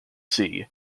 sea